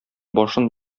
башын